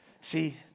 see